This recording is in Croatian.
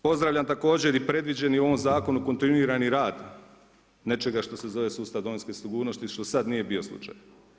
Pozdravljam također i predviđeni u ovom zakonu kontinuirani rad nečega što se zove sustav Domovinske sigurnosti što sad nije bio slučaj.